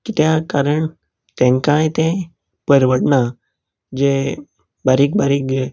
कित्याक कारण तेंकाय तें परवडना जें बारीक बारीक